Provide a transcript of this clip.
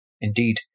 Indeed